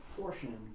portion